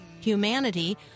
Humanity